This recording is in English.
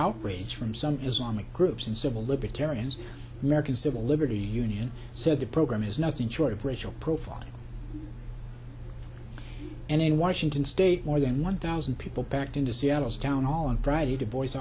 outrage from some islamic groups and civil libertarians american civil liberty union said the program is nothing short of racial profiling and in washington state more than one thousand people packed into seattle's town hall on friday to